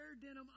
denim